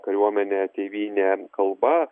kariuomenė tėvynė kalba